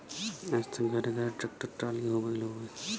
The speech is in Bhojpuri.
आज त घरे घरे ट्रेक्टर टाली होई गईल हउवे